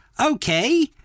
Okay